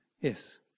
Yes